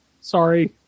Sorry